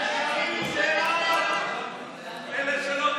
הממשלה (תיקון,